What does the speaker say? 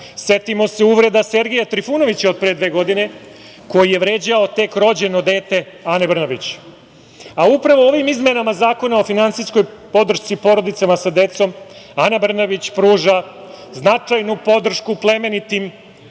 Setimo se uvreda Sergeja Trifunovića od pre dve godine koji je vređao tek rođeno dete Ane Brnabić. Upravo ovim izmenama Zakona o finansijskoj podršci porodicama sa decom Ana Brnabić pruža značajnu podršku plemenitim